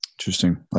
Interesting